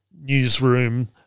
newsroom